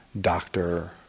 doctor